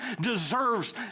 deserves